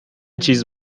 چیز